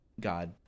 God